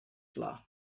flor